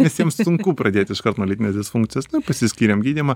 nes jiems sunku pradėt iškart nuo lytinės disfunkcijos pasiskyrėm gydymą